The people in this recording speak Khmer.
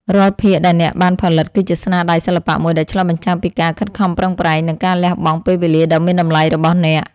រាល់ភាគដែលអ្នកបានផលិតគឺជាស្នាដៃសិល្បៈមួយដែលឆ្លុះបញ្ចាំងពីការខិតខំប្រឹងប្រែង និងការលះបង់ពេលវេលាដ៏មានតម្លៃរបស់អ្នក។